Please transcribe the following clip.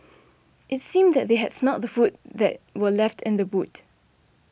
it seemed that they had smelt the food that were left in the boot